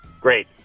Great